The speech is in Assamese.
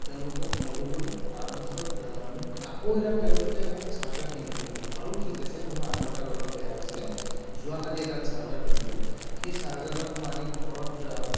তেওঁলোকক ক'লোঁগৈ তাৰপাছত মোক আকৌ এডাল তেওঁলোকে মোক চাৰ্জাৰ কিনিবলৈ ক'লে বাৰু ঠিক আছে মোৰ আগৰডাল অলপ বেয়া হৈছিলে যোৱাকালি এডাল চাৰ্জাৰ কিনিলোঁ সেই চাৰ্জাৰডাল মই আনি ঘৰত